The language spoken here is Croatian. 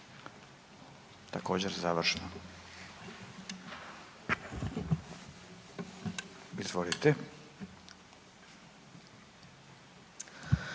Također, završno. Izvolite.